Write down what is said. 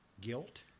guilt